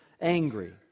angry